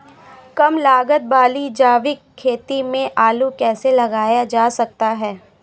कम लागत वाली जैविक खेती में आलू कैसे लगाया जा सकता है?